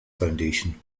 foundation